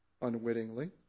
unwittingly